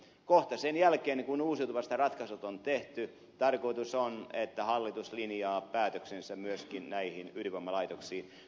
kohta sen jälkeen kun uusiutuvasta ratkaisut on tehty tarkoitus on että hallitus linjaa päätöksensä myöskin näihin ydinvoimalaitoksiin